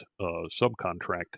subcontract